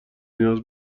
نیاز